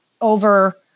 over